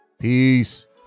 Peace